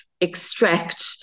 extract